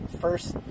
first